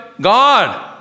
God